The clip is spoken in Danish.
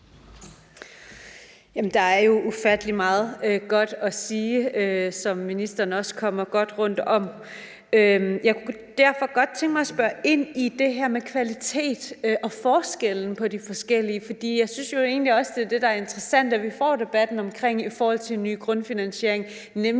Der er jo ufattelig meget godt at sige, som ministeren også kommer godt rundt om. Jeg kunne derfor godt tænke mig at spørge ind til det her med kvalitet og forskellen på de forskellige. For jeg synes jo egentlig også, det er det, der er interessant at vi får debatten omkring i forhold til en ny grundfinansiering, nemlig